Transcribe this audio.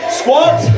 squat